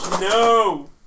No